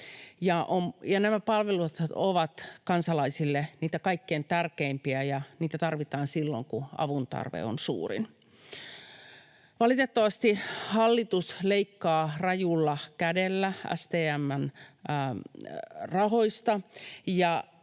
Nämä palvelut ovat kansalaisille niitä kaikkein tärkeimpiä, ja niitä tarvitaan silloin, kun avun tarve on suurin. Valitettavasti hallitus leikkaa rajulla kädellä STM:n rahoista,